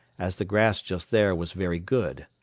as the grass just there was very good.